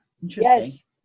yes